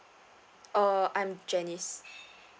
uh I'm janice